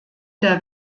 der